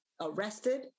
arrested